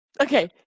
Okay